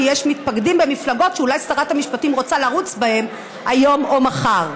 כי יש מתפקדים במפלגות שאולי שרת המשפטים רוצה לרוץ בהן היום או מחר.